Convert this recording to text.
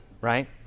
right